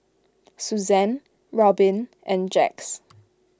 Suzann Robyn and Jax